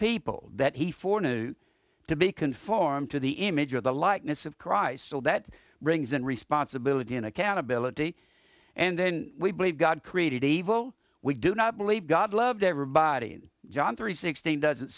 people that he foreigners to be conformed to the image of the likeness of christ so that brings in responsibility and accountability and then we believe god created evil we do not believe god loves everybody and john three sixteen does